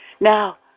Now